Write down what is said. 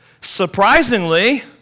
Surprisingly